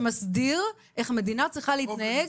שמסדיר איך מדינה צריכה להתנהג